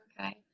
Okay